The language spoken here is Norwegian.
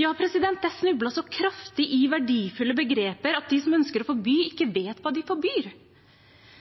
Ja, det er snublet så kraftig i verdifulle begreper at de som ønsker å forby, ikke vet hva de forbyr.